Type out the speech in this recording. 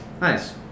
Nice